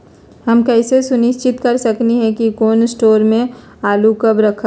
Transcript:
हम कैसे सुनिश्चित कर सकली ह कि कोल शटोर से आलू कब रखब?